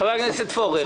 חבר הכנסת פורר,